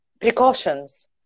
Precautions